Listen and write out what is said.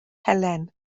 helen